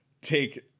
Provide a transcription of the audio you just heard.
take